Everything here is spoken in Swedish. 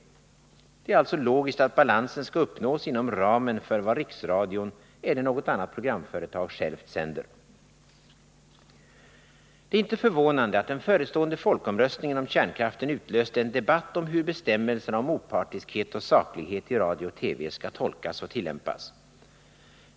Det är alltså logiskt att balansen skall uppnås inom ramen för vad riksradion eller något annat programföretag självt sänder. Det är inte förvånande att den förestående folkomröstningen om kärnkraften utlöst en debatt om hur bestämmelserna om opartiskhet och saklighet i radio och TV skall tolkas och tillämpas.